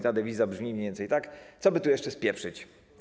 Ta dewiza brzmi mniej więcej tak: co by tu jeszcze spieprzyć.